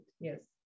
yes